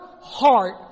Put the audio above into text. heart